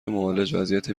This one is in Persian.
معالج، وضعیت